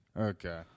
okay